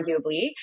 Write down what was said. arguably